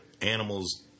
animals